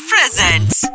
Presents